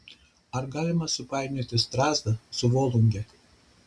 ar galima supainioti strazdą su volunge